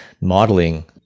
modeling